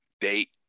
date